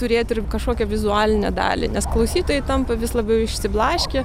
turėt ir kažkokią vizualinę dalį nes klausytojai tampa vis labiau išsiblaškę